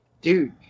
dude